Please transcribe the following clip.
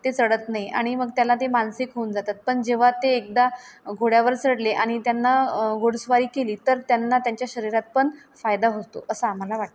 ते चढत नाही आणि मग त्याला ते मानसिक होऊन जातात पण जेव्हा ते एकदा घोड्यावर चढले आणि त्यांना घोडेस्वारी केली तर त्यांना त्यांच्या शरीरात पण फायदा होतो असं आम्हाला वाटते